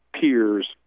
peers